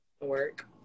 work